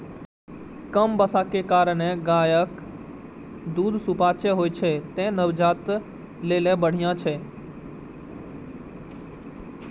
कम बसा के कारणें गायक दूध सुपाच्य होइ छै, तें नवजात लेल बढ़िया छै